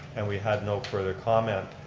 and we had no further comment.